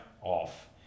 Off